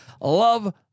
love